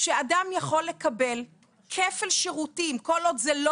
שאדם יכול לקבל כפל שירותים, לא